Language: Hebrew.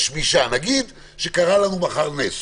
נגיד שקרה לנו מחר נס